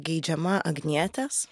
geidžiama agnietės